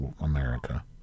America